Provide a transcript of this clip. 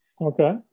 Okay